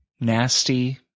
nasty